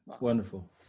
Wonderful